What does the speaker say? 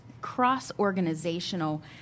cross-organizational